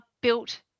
built